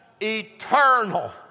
eternal